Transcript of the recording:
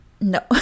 no